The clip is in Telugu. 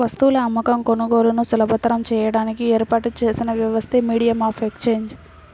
వస్తువుల అమ్మకం, కొనుగోలులను సులభతరం చేయడానికి ఏర్పాటు చేసిన వ్యవస్థే మీడియం ఆఫ్ ఎక్సేంజ్